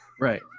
right